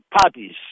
parties